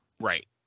Right